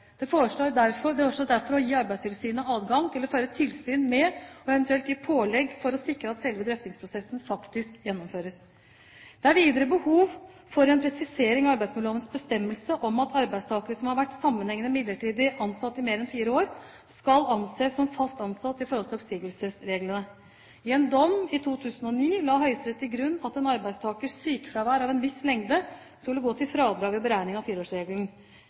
Det foreslås derfor å gi Arbeidstilsynet adgang til å føre tilsyn med, og eventuelt gi pålegg for å sikre, at selve drøftingsprosessen faktisk gjennomføres. Det er videre behov for en presisering av arbeidsmiljølovens bestemmelse om at arbeidstakere som har vært sammenhengende midlertidig ansatt i mer enn fire år, skal anses som fast ansatt i forhold til oppsigelsesreglene. I en dom i 2009 la Høyesterett til grunn at en arbeidstakers sykefravær av en viss lengde skulle gå til fradrag ved beregning av fireårsregelen.